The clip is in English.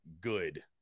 good